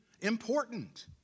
important